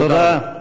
תודה רבה.